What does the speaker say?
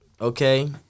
Okay